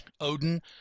Odin